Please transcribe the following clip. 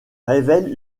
révèlent